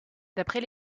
d’après